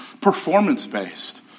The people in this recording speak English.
performance-based